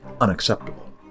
unacceptable